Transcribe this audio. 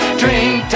drink